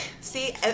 see